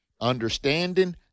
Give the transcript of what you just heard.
understanding